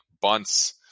bunts